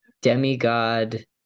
demigod